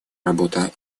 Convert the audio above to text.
работа